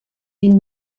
vint